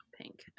Pink